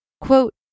Quote